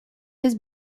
his